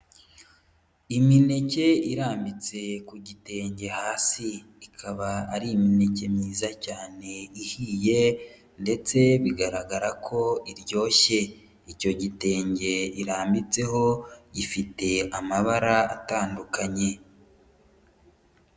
Imineke irambitse ku gitenge hasi, ikaba ari imineke myiza cyane ihiye ndetse bigaragara ko iryoshye, icyo gitenge irambiteho gifite amabara atandukanye.